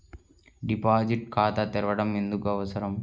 Deposit ఖాతా తెరవడం ఎందుకు అవసరం?